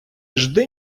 жди